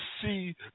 see